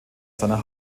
seiner